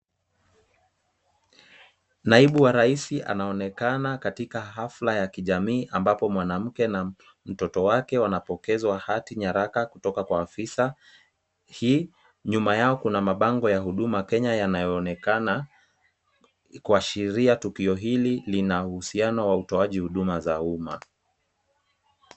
Naibu wa rais anaonekana katika hafla ya kijamii ambapo mwanamke na mtoto wake wanapokezwa hati nyaraka kutoka kwa afisa. Hii nyuma yao kuna mabango ya Huduma Kenya yanayoonekana kuashiria tukio hili lina uhusiano wa utoaji huduma za umma.